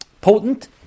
potent